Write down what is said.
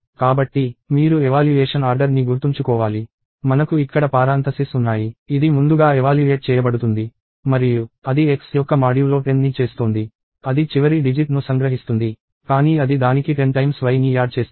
కాబట్టి మీరు evaluation order ని గుర్తుంచుకోవాలి మనకు ఇక్కడ పారాంథసిస్ ఉన్నాయి ఇది ముందుగా ఎవాల్యుయేట్ చేయబడుతుంది మరియు అది x యొక్క మాడ్యూలో 10 ని చేస్తోంది అది చివరి డిజిట్ ను సంగ్రహిస్తుంది కానీ అది దానికి 10y ని యాడ్ చేస్తుంది